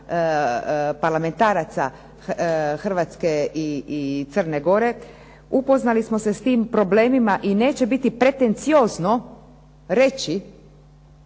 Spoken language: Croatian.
parlamentaraca Hrvatske i Crne Gore, upoznali smo se s tim problemima i neće biti pretenciozno reći